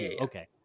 okay